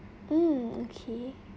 mm okay